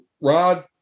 Rod